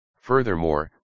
Furthermore